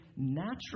natural